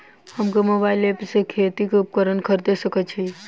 हम केँ mobile app सँ खेती केँ उपकरण खरीदै सकैत छी?